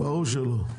ברור שלא.